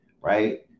right